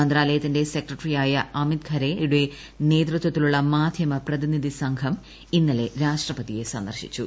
മന്ത്രാലയത്തിന്റെ സെക്രട്ടറിയായ അമിത് ഖാരെ യുടെ നേതൃത്വത്തിലുളള മാധ്യമ പ്രതിനിധി സംഘം ഇന്നലെ രാഷ്ട്രപതിയെ സന്ദർശിച്ചു